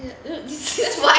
why